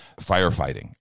firefighting